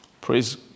Praise